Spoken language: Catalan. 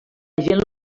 gent